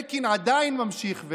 אלקין עדיין ממשיך,